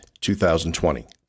2020